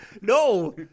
no